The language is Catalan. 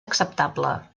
acceptable